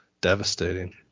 devastating